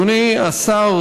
אדוני השר,